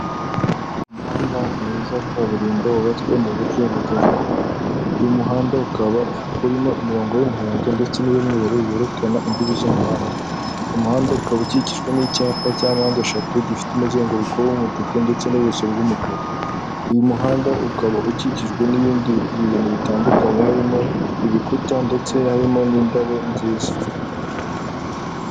Umuhanda mwiza wa kaburimbo wubatswe mu buryo bugezweho. Uyu muhanda ukaba urimo imirongo y'umuhondo ndetse n'iy'umweru yerekana imbibi z'umuhanda. Uyu muhanda ukaba ukikijwe n'icyapa cya mpande eshatu, gifite umuzenguruko w'umutuku ndetse n'ubuso bw'umukara. Uyu muhanda ukaba ukikijwe n'ibindi bintu bitandukanye, harimo ibikuta ndetse harimo n'indabo nziza.